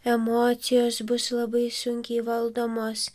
emocijos bus labai sunkiai valdomos